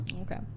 okay